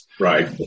Right